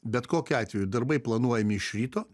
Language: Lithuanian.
bet kokiu atveju darbai planuojami iš ryto